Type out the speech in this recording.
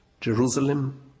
Jerusalem